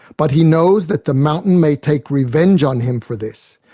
but he knows that the mountain may take revenge on him for this.